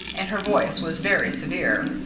and her voice was very severe.